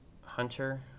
Hunter